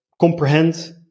comprehend